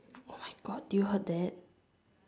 oh my god did you heard that